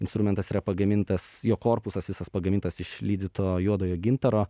instrumentas yra pagamintas jo korpusas visas pagamintas iš lydyto juodojo gintaro